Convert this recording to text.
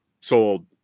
sold